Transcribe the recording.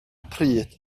pryd